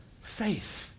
faith